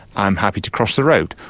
i'm happy to cross the road,